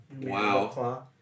Wow